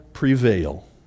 prevail